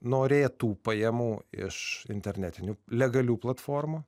norėtų pajamų iš internetinių legalių platformų